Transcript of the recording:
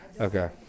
Okay